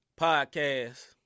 podcast